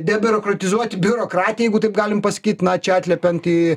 debiurokratizuoti biurokratiją jeigu taip galim pasakyti na čia atliepiant į